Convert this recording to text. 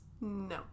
No